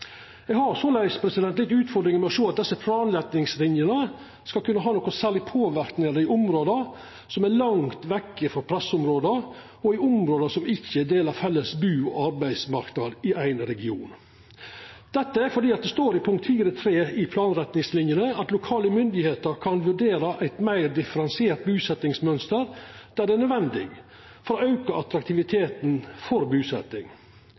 med å sjå at desse planretningslinene skal kunna ha nokon særleg påverknad i område som er langt borte frå pressområde, og i område som ikkje deler felles bu- og arbeidsmarknad i ein region. Det står i punkt 4.3 i planretningslinene at lokale myndigheiter kan vurdera eit meir differensiert busetjingsmønster der det er nødvendig for å auka attraktiviteten for